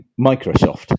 Microsoft